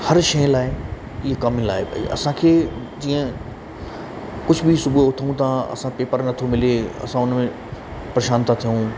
हर शइ लाइ इहो कम लाइ भई असांखे जीअं कुझ बि सुबूह जो उथूं ता असां पेपर नथो मिले असां उन में परेशान था थियूं